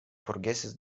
forgesis